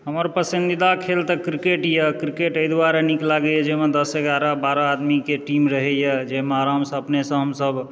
हमर पसन्दीदा खेल तऽ क्रिकेट यऽ क्रिकेट एहि दुआरे नीक लागैए जे एहिमे दश एगारह बारह आदमीके टीम रहैए जाहिमे आरामसँ अपनेसँ हमसभ